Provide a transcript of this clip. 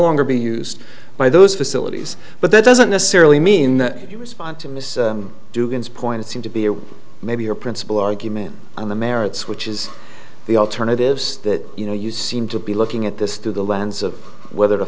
longer be used by those facilities but that doesn't necessarily mean that you respond to miss do point seem to be a maybe your principal argument on the merits which is the alternatives that you know you seem to be looking at this through the lens of whether t